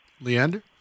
Leander